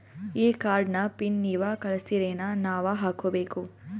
ಈ ಕಾರ್ಡ್ ನ ಪಿನ್ ನೀವ ಕಳಸ್ತಿರೇನ ನಾವಾ ಹಾಕ್ಕೊ ಬೇಕು?